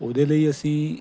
ਉਹਦੇ ਲਈ ਅਸੀਂ